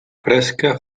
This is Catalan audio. fresca